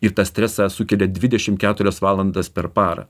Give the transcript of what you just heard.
ir tą stresą sukelia dvidešim keturias valandas per parą